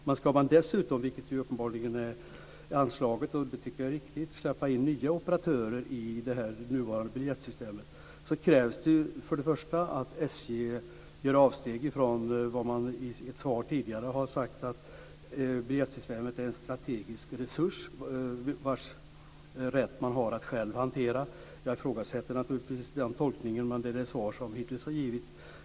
Men ska man dessutom - vilket uppenbarligen har föreslagits, och det tycker jag är riktigt - släppa in nya operatörer i det nuvarande biljettsystemet, krävs det att SJ gör avsteg från vad man i ett svar tidigare har sagt, att biljettsystemet är en strategisk resurs som man själv har rätt att hantera. Jag ifrågasätter naturligtvis den tolkningen, men det är det svar man hittills har gett.